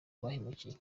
bahemukiye